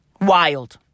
Wild